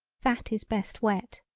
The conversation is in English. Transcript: that is best wet.